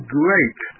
great